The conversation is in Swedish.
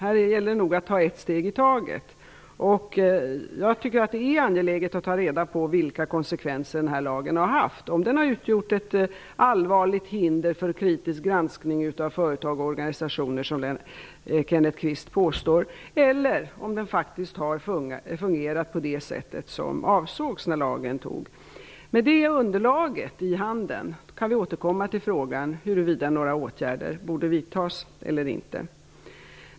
Här gäller det nog att ta ett steg i taget. Jag tycker att det är angeläget att ta reda på vilka konsekvenser den här lagen haft - om den har utgjort ett allvarligt hinder för en kritisk granskning av företag och organisationer, som Kenneth Kvist påstår, eller om den faktiskt har fungerat på det sätt som avsågs när den togs. Med det underlaget i handen kan vi återkomma till frågan om huruvida åtgärder borde vidtas eller inte.